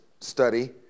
study